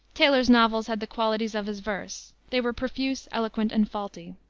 taylor's novels had the qualities of his verse. they were profuse, eloquent and faulty.